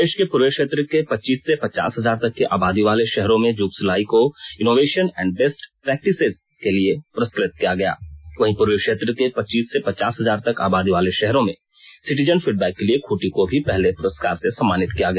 देश के पूर्वी क्षेत्र के पच्चीस से पचास हजार तक की आबादी वाले शहरों में जुगसलाई को इनोवेशन एंड बेस्ट प्रैक्टिसेज के लिए पुरस्कृत किया गया वहीं पूर्वी क्षेत्र के पच्चीस से पचास हजार तक आबादी वाले शहरों में सिटीजन फीडबैक के लिए खुंटी को भी पहले पुरस्कार से सम्मानित किया गया